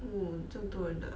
嗯这样多人啊